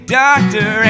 doctor